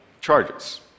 charges